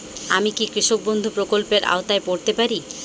আমি কি কৃষক বন্ধু প্রকল্পের আওতায় পড়তে পারি?